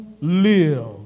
live